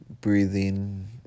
breathing